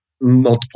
multiple